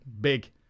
big